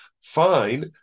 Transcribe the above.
fine